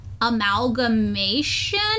amalgamation